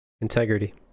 Integrity